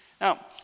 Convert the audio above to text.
Now